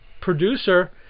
producer